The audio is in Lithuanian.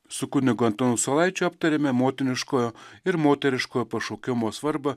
su kunigu antanu saulaičiu aptarėme motiniškojo ir moteriško pašaukimo svarbą